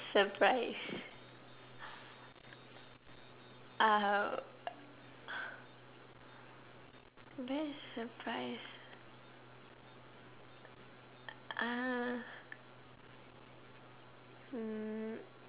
surprise uh best surprise uh hmm